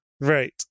right